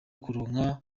kuronka